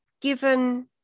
given